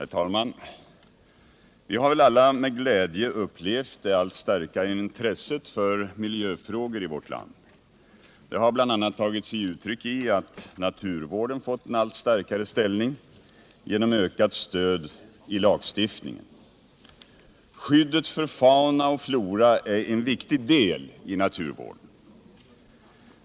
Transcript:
Herr talman! Vi har väl alla med glädje upplevt det allt starkare intresset för miljöfrågor i vårt land. Det har bl.a. tagit sig uttryck i att naturvården fått en allt starkare ställning genom ökat stöd i lagstiftningen. Skyddet för fauna och flora är en viktig del i naturvården.